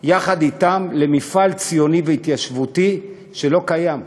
יחד אתם למפעל ציוני והתיישבותי שלא קיים.